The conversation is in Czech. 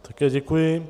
Také děkuji.